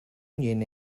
union